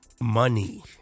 money